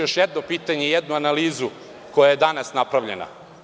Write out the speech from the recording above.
još jedno pitanje i jednu analizu koja je danas napravljena.